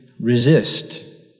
resist